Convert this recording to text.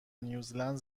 نیوزلند